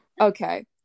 Okay